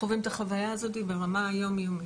הם חווים את החוויה הזאת ברמה יומיומית,